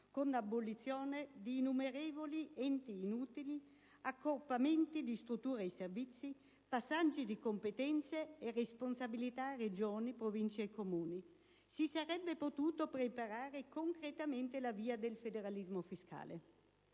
con abolizione di innumerevoli enti inutili, accorpamenti di strutture e servizi, passaggi di competenze e responsabilità a Regioni, Province e Comuni; inoltre, si sarebbe potuto preparare concretamente la via del federalismo fiscale.